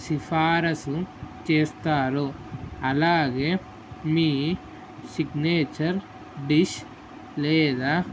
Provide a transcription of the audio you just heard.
సిఫారసు చేస్తారు అలాగే మీ సిగ్నేచర్ డిష్ లేదా